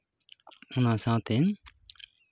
ᱚᱱᱟ ᱥᱟᱶᱛᱮ